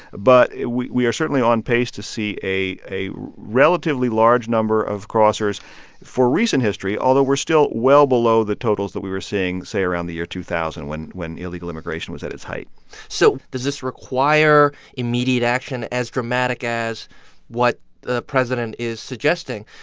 but we we are certainly on pace to see a a relatively large number of crossers for recent history, although we're still well below the totals that we were seeing, say, around the year two thousand, when when illegal immigration was at its height so does this require immediate action as dramatic as what the president is suggesting?